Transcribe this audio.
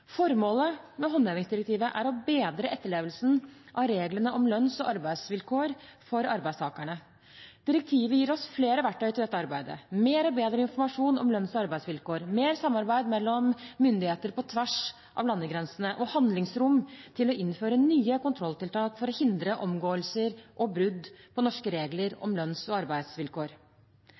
Formålet med håndhevingsdirektivet er å bedre etterlevelsen av reglene om lønns- og arbeidsvilkår for arbeidstakerne. Direktivet gir oss flere verktøy til dette arbeidet: mer og bedre informasjon om lønns- og arbeidsvilkår, mer samarbeid mellom myndigheter på tvers av landegrensene og handlingsrom til å innføre nye kontrolltiltak for å hindre omgåelser og brudd på norske regler om lønns- og arbeidsvilkår.